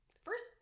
First